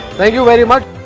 thank you very much.